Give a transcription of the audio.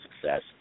success